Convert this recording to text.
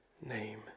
name